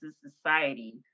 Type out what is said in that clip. society